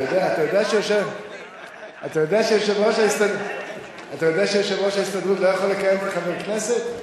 אתה יודע שיושב-ראש ההסתדרות לא יכול לכהן כחבר כנסת?